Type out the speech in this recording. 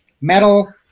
metal